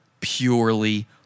Purely